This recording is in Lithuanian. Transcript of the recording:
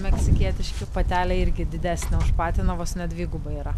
meksikietiški patelė irgi didesnė už patiną vos ne dvigubai yra